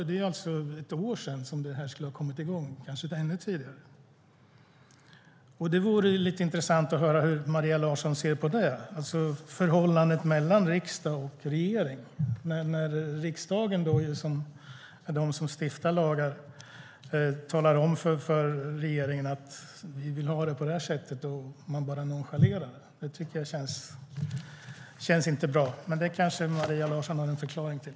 Det är ett år sedan som det skulle ha kommit i gång eller kanske ännu tidigare. Det vore lite intressant att höra hur Maria Larsson ser på förhållandet mellan riksdag och regering. Riksdagen är den som stiftar lagar och talar om för regeringen att vi vill ha det på det här sättet, och sedan nonchalerar man det bara. Det känns inte bra. Det kanske Maria Larsson har en förklaring till.